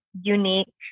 unique